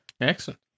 Excellent